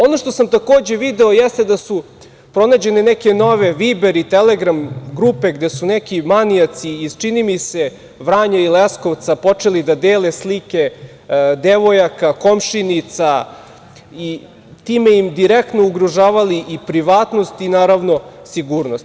Ono što sam takođe video jeste da su pronađene neke nove Viber i Telegram grupe gde su neki manijaci iz čini mi se Vranja i Leskovca počeli da dele slike devojaka, komšinica i time im direktno ugrožavali privatnost i sigurnost.